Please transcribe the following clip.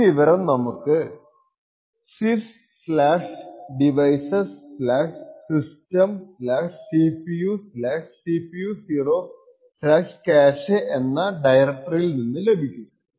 ഈ വിവരം നമുക്ക് sysdevicessystemcpucpu0cache എന്ന ഡയറക്ടറിയിൽ നിന്ന് ലഭിക്കും